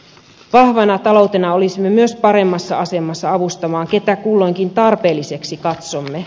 vahvana taloutena olisimme myös paremmassa asemassa avustamaan ketä kulloinkin tarpeelliseksi katsomme